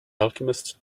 alchemist